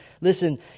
listen